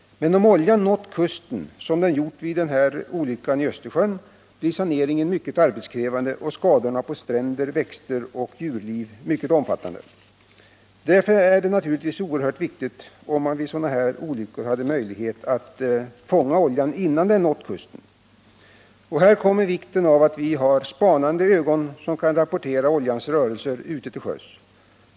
Men om oljan nått kusten, som den gjort vid den här olyckan i Östersjön, blir saneringen mycket arbetskrävande och skadorna på stränder, växtoch djurliv mycket omfattande. Därför vore det naturligtvis oerhört viktigt om man vid sådana här olyckor hade möjlighet att fånga oljan innan den nått kusten. Och här framkommer vikten av att vi har spanande ögon som kan rapportera oljans rörelser ute till sjöss.